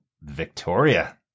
Victoria